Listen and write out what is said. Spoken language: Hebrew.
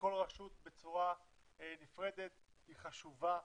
לכל רשות בצורה נפרדת, היא חשובה.